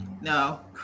No